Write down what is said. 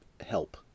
help